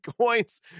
coins